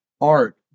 art